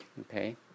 Okay